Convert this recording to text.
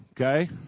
Okay